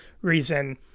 reason